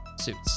suits